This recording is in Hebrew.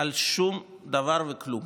על שום דבר וכלום.